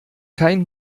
kein